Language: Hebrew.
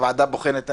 הוועדה הבוחנת,